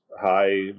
high